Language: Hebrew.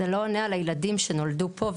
זה לא עונה על הילדים שנולדו פה,